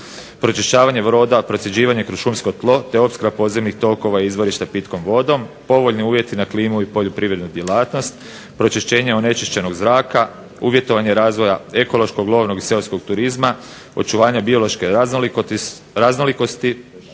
razumije se./…, procjeđivanje kroz šumsko tlo te opskrba podzemnih tokova i izvorišta pitkom vodom, povoljni uvjeti na klimu i poljoprivrednu djelatnost, pročišćenje onečišćenog zraka, uvjetovanje razvoja ekološkog, lovnog i seoskog turizma, očuvanje biološke raznolikosti,